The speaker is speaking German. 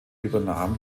übernahm